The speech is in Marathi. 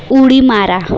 उडी मारा